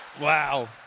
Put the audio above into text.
Wow